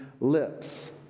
lips